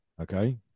okay